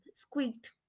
squeaked